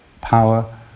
power